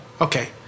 Okay